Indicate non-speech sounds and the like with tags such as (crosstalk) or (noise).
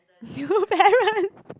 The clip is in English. (laughs) new parent